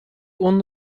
اون